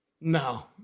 No